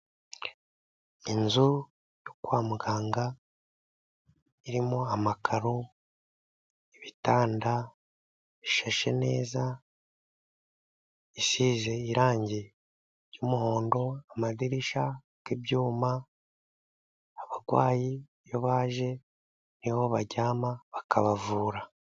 Inzu yo kwa muganga irimo amakaro, ibitanda bishashe neza, isize irangi ry'umuhondo, amadirishya y'ibyuma, abarwayi iyo baje ni ho baryama, bakabavura.